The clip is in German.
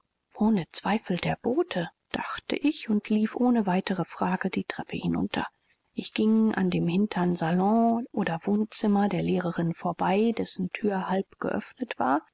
ohne zweifel der bote dachte ich und lief ohne weitere frage die treppe hinunter ich ging an dem hintern salon oder wohnzimmer der lehrerinnen vorbei dessen thür halb geöffnet war